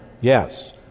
Yes